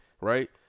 Right